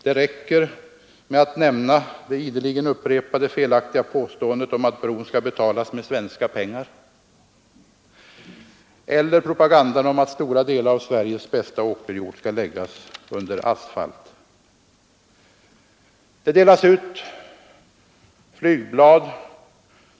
Det räcker med att nämna det ideligen upprepade felaktiga påståendet om att bron skall betalas med svenska pengar eller propagandan om att Sveriges bästa åkerjord skall läggas under asfalt. Det delas ut flygblad.